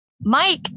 Mike